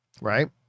right